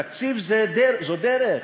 תקציב זו דרך.